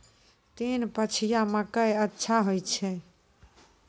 तीन पछिया मकई अच्छा होय छै?